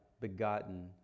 begotten